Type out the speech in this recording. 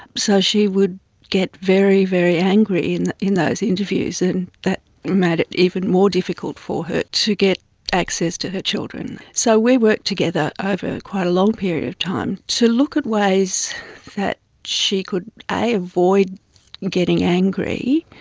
so she would get very, very angry and in those interviews, and that made it even more difficult for her to get access to her children. so we worked together over quite a long period of time to look at ways that she could avoid getting angry,